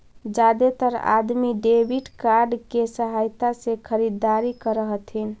जादेतर अदमी debit card के सहायता से खरीदारी कर हथिन